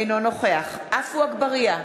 אינו נוכח עפו אגבאריה,